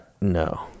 no